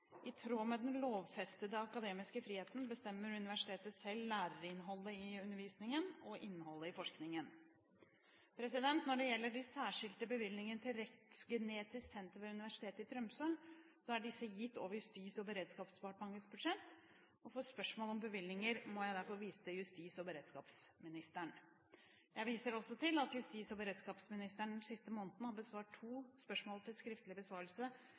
I tråd med den lovfestede akademiske friheten bestemmer universitetet selv læreinnholdet i undervisningen og innholdet i forskningen. Når det gjelder de særskilte bevilgninger til Rettsgenetisk senter ved Universitetet i Tromsø, er disse gitt over Justis- og beredskapsdepartementets budsjett. For spørsmål om bevilgninger må jeg derfor vise til justis- og beredskapsministeren. Jeg viser også til at justis- og beredskapsministeren den siste måneden har besvart to spørsmål til skriftlig besvarelse